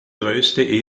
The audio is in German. größte